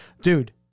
Dude